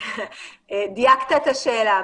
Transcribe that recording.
דייקת את השאלה.